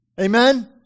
Amen